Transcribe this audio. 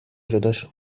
جداشون